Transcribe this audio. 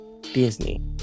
Disney